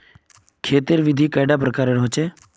खेत तेर विधि कैडा प्रकारेर होचे?